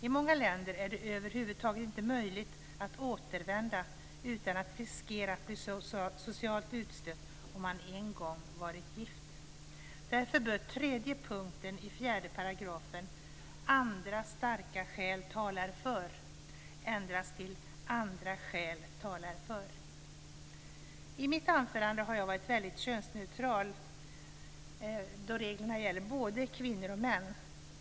I många länder är det över huvud taget inte möjligt att återvända utan att riskera att bli socialt utstött om man en gång varit gift. Därför bör tredje punkten i fjärde paragrafen -"- andra starka skäl talar för -"- ändras till "- andra skäl talar för -". I mitt anförande har jag varit väldigt könsneutral, då reglerna gäller både kvinnor och män.